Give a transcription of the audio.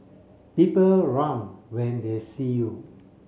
people run when they see you